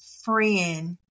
friend